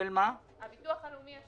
לביטוח הלאומי יש